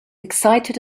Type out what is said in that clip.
excited